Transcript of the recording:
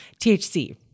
THC